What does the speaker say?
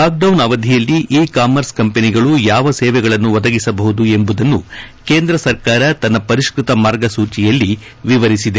lockdown ಅವಧಿಯಲ್ಲಿ e commerce ಕಂಪನಿಗಳು ಯಾವ ಸೇವೆಗಳನ್ನು ಒದಗಿಸಬಹುದು ಎಂಬುದನ್ನು ಕೇಂದ್ರ ಸರ್ಕಾರ ತನ್ನ ಪರಿಷ್ಟತ ಮಾರ್ಗಸೂಚಿಯಲ್ಲಿ ವಿವರಿಸಿದೆ